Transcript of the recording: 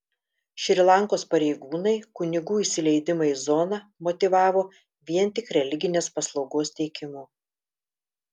šri lankos pareigūnai kunigų įsileidimą į zoną motyvavo vien tik religinės paslaugos teikimu